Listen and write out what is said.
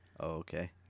Okay